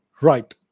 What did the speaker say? Right